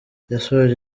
yasoje